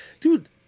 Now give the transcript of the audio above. dude